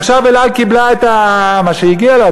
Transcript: ועכשיו "אל על" קיבלה את מה שהגיע לה,